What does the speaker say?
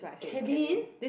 cabin